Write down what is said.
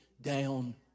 down